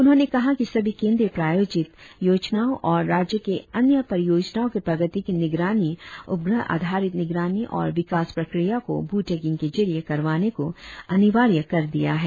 उन्होंने कहा कि सभी केंद्रीय प्रायोजित योजनाओं और राज्य के अन्य परियोजनाओं के प्रगति की निगरानी उपग्रह आधारित निगरानी और विकास प्रक्रिया को भू टैगिंग के जरिए करने को अनिवार्य कर दिया है